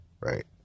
right